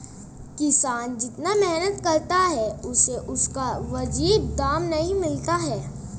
किसान जितनी मेहनत करता है उसे उसका वाजिब दाम नहीं मिलता है